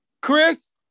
Chris